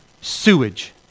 sewage